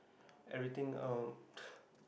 everything um